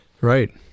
Right